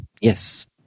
Yes